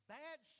bad